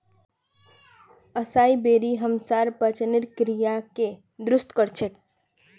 असाई बेरी हमसार पाचनेर क्रियाके दुरुस्त कर छेक